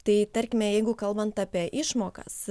tai tarkime jeigu kalbant apie išmokas